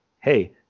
hey